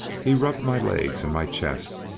he rubbed my legs and my chest,